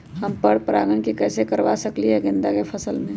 हम पर पारगन कैसे करवा सकली ह गेंदा के फसल में?